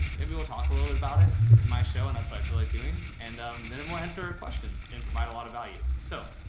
maybe we'll talk a little bit about it, cause it's my show and that's what i feel like doing. and then we'll answer questions and provide a lot value. so,